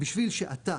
בשביל שאתה